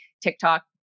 TikTok